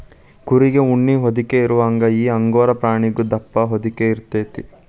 ಕುರಿಗೆ ಉಣ್ಣಿ ಹೊದಿಕೆ ಇರುವಂಗ ಈ ಅಂಗೋರಾ ಪ್ರಾಣಿಗು ದಪ್ಪ ಹೊದಿಕೆ ಇರತತಿ